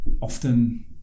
often